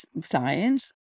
science